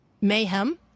mayhem